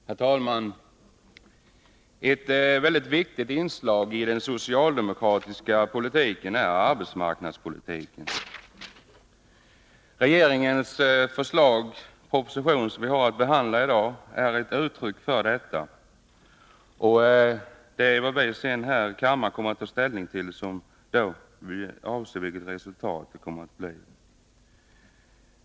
Herr talman! Ett mycket viktigt inslag i den socialdemokratiska politiken utgör arbetsmarknadspolitiken. Regeringens proposition, som vi har att behandla i dag, ger uttryck för detta. Vad kammaren sedan tar ställning till får bli avgörande för resultatet.